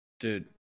Dude